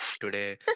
today